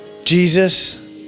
Jesus